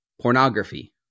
pornography